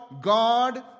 God